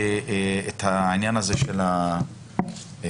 את העניין הזה של ההתנגדות